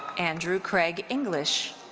andrew craig english.